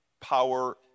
power